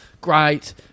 Great